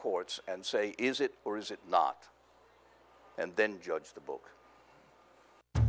courts and say is it or is it not and then judge the book